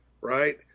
right